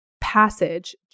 passage